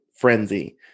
frenzy